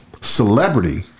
celebrity